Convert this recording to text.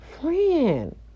Friend